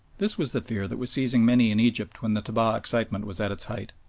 this was the fear that was seizing many in egypt when the tabah excitement was at its height.